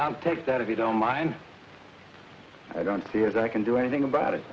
it's take that if you don't mind i don't see as i can do anything about it